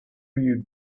you